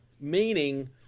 meaning